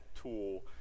tool